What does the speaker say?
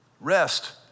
Rest